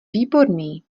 výborný